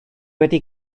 wedi